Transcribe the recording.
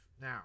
Now